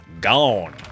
gone